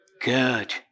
good